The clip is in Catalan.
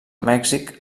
mèxic